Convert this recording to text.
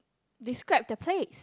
describe the place